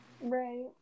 Right